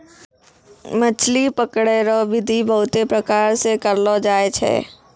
मछली पकड़ै रो बिधि बहुते प्रकार से करलो जाय छै